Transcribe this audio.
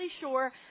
sure